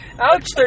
Ouch